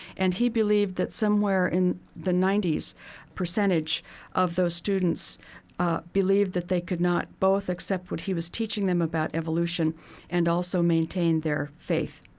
and he believed that somewhere in the ninety s percentage of those students ah believed that they could not both accept what he was teaching them about evolution and also maintain their faith.